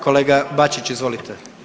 Kolega Bačić, izvolite.